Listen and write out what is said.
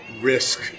risk